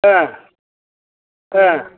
ஆ ஆ